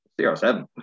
CR7